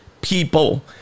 people